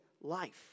life